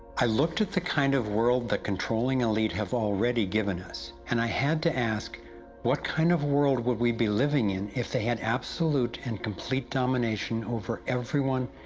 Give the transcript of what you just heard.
i looked at the kind of world, the controling elite have already given us and i had to ask what kind of world would we be living in if they had absolute and complete domination over everyone,